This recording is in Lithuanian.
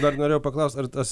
dar norėjau paklaust ar tas